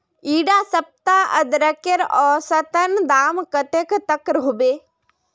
इडा सप्ताह अदरकेर औसतन दाम कतेक तक होबे?